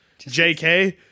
JK